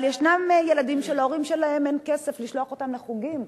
אבל ישנם ילדים שלהורים שלהם אין כסף לשלוח אותם לחוגים,